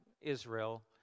Israel